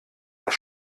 das